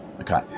okay